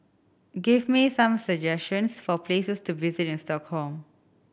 give me some suggestions for places to visit in Stockholm